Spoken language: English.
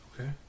okay